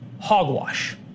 Hogwash